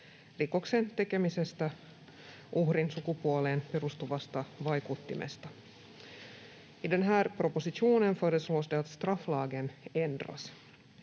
rikoksen tekemisestä uhrin sukupuoleen perustuvasta vaikuttimesta. I den här propositionen föreslås det att strafflagen ändras.